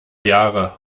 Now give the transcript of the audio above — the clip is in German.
jahre